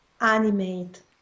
animate